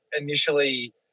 initially